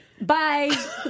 Bye